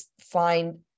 find